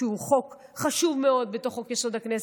שהוא חוק חשוב מאוד בתוך חוק-יסוד: הכנסת,